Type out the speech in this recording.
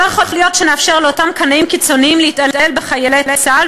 לא יכול להיות שנאפשר לאותם קנאים קיצונים להתעלל בחיילי צה"ל,